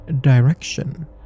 direction